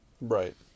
Right